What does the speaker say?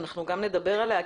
אנחנו גם נדבר עליה,